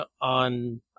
on